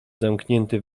zamknięty